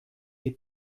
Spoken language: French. les